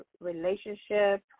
relationship